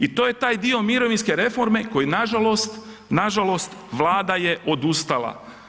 I to je taj dio mirovinske reforme koji nažalost, nažalost Vlada je odustala.